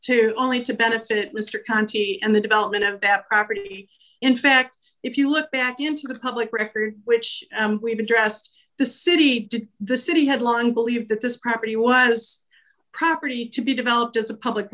too only to benefit mr conti and the development of that property in fact if you look back into the public record which we've addressed the city to the city had learned believe that this property was property to be developed as a public